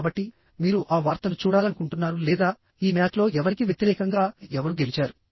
కాబట్టి మీరు ఆ వార్తను చూడాలనుకుంటున్నారు లేదా ఈ మ్యాచ్లో ఎవరికి వ్యతిరేకంగా ఎవరు గెలిచారు